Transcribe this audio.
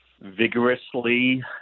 vigorously